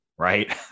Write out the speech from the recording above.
Right